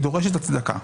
והיא דורשת הצדקה.